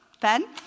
Ben